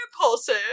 repulsive